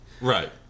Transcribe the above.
right